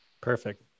Perfect